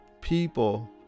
people